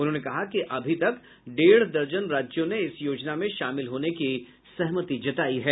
उन्होंने कहा कि अभी तक डेढ़ दर्जन राज्यों ने इस योजना में शामिल होने की सहमति जतायी है